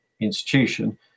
institution